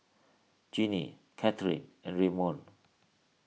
Jeanie Catherine and Redmond